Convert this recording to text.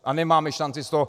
A nemáme šanci z toho...